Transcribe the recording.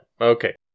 Okay